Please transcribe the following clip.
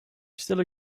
still